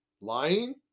lying